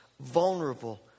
vulnerable